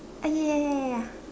ah ya ya ya ya ya